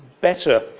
better